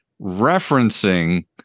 referencing